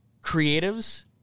creatives